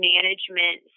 Management